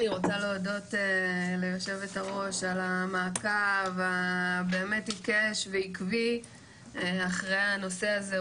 אני רוצה להודות ליו"ר על המעקב הבאמת עיקש ועקבי אחרי הנושא הזה,